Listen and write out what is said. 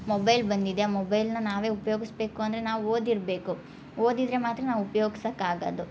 mobile ಬಂದಿದೆ ಆ ಮೊಬೈಲ್ನ ನಾವೇ ಉಪ್ಯೋಗಸಬೇಕು ಅಂದರೆ ನಾವು ಓದಿರಬೇಖೂ ಓದಿದ್ರೆ ಮಾತ್ರ ನಾವ್ ಉಪ್ಯೋಗ್ಸಕಾಗದು